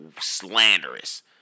slanderous